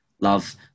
love